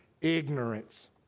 ignorance